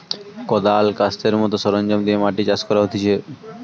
কদাল, কাস্তের মত সরঞ্জাম দিয়ে মাটি চাষ করা হতিছে